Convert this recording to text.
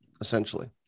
essentially